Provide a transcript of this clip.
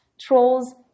Trolls